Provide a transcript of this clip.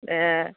হ্যাঁ